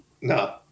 No